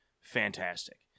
fantastic